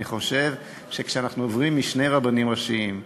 אני חושב שכשאנחנו עוברים משני רבנים ראשיים,